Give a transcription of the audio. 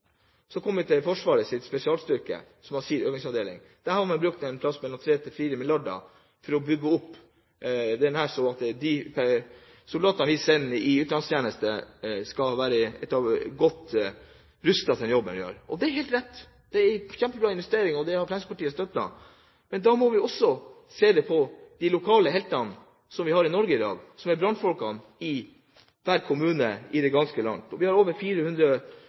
har sin øvingsavdeling. Man har brukt et sted mellom 3 til 4 mrd. kr for å bygge opp denne, slik at de soldatene vi sender til utenlandstjeneste, skal være godt rustet til den jobben de skal gjøre. Og det er helt rett, det er en kjempebra investering, og det har Fremskrittspartiet støttet. Men vi må også se på de lokale heltene som vi har i Norge i dag, som er brannfolkene i hver kommune i det ganske land. Vi har over 400